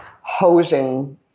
hosing